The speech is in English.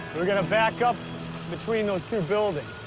we're gonna back up between those two buildings.